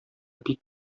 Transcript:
бик